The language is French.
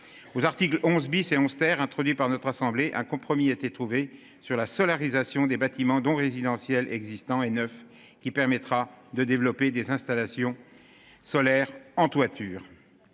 vous article 11 bis et austère introduit par notre assemblée. Un compromis a été trouvé sur la solarisation des bâtiments dont résidentiels existants et 9 qui permettra de développer des installations solaires en toiture.